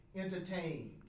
entertained